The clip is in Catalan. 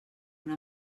una